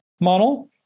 model